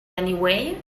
anyway